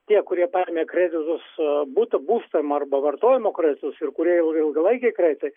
tie kurie paėmė kreditus butų būstam arba vartojimo kreditus ir kurie jau ilgalaikiai kreditai